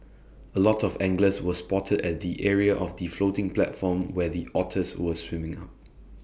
A lot of anglers were spotted at the area of the floating platform where the otters were swimming up